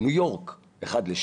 ניו יורק 1:6,200,